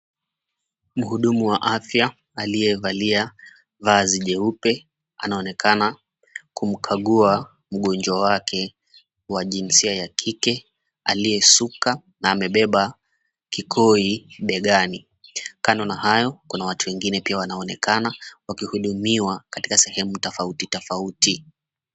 Mhudumu wa afya aliyevalia vazi leupe anaonekana kumkagua mgonjwa wake wa jinsia ya kike aliyesuka na amebeba kikoi begani. Kando na hayo kuna watu wengine pia wanaonekana wakihudumiwa katika sehemu tofauti tofauti.